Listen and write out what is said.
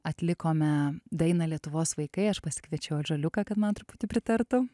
atlikome dainą lietuvos vaikai aš pasikviečiau ąžuoliuką kad man truputį pritartų